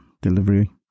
delivery